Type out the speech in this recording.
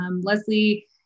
Leslie